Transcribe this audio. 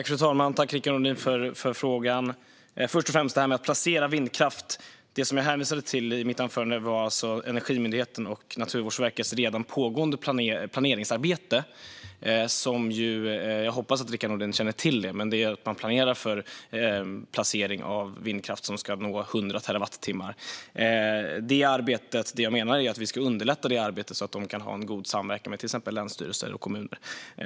Fru talman! Tack, Rickard Nordin, för frågan! När det gäller att placera vindkraft hänvisade jag i mitt anförande till Energimyndighetens och Naturvårdsverkets redan pågående planeringsarbete. Jag hoppas att Rickard Nordin känner till att man planerar för placering av vindkraft som ska nå 100 terawattimmar. Jag menar att vi ska underlätta det arbetet så att de kan ha god samverkan med till exempel länsstyrelser och kommuner.